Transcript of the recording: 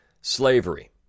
slavery